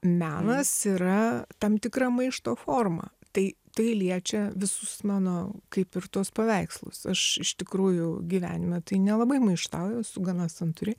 menas yra tam tikra maišto forma tai tai liečia visus mano kaip ir tuos paveikslus aš iš tikrųjų gyvenime tai nelabai maištauju esu gana santūri